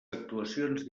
actuacions